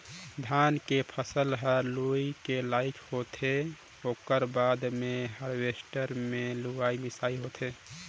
धान के फसल ह लूए के लइक होथे ओकर बाद मे हारवेस्टर मे लुवई मिंसई होथे